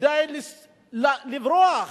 כדי לברוח,